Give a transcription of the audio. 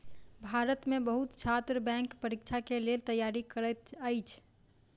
भारत में बहुत छात्र बैंक परीक्षा के लेल तैयारी करैत अछि